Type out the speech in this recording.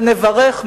ונברך,